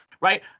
right